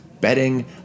bedding